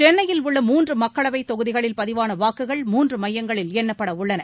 சென்னையில் உள்ள மூன்று மக்களவைத் தொகுதிகளில் பதிவான வாக்குகள் மூன்று மையங்களில் எண்ணப்பட உள்ளன